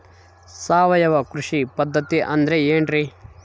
ಸಾವಯವ ಕೃಷಿ ಪದ್ಧತಿ ಅಂದ್ರೆ ಏನ್ರಿ?